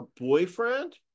boyfriend